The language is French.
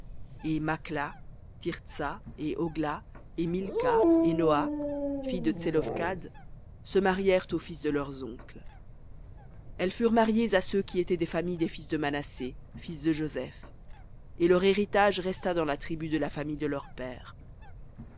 et makhla thirtsa et hogla et milca et noa filles de tselophkhad se marièrent aux fils de leurs oncles elles furent mariées à ceux qui étaient des familles des fils de manassé fils de joseph et leur héritage resta dans la tribu de la famille de leur père